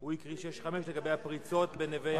הוא הקריא 1065, לגבי הפריצות בנווה-יעקב.